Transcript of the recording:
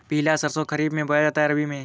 पिला सरसो खरीफ में बोया जाता है या रबी में?